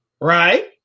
Right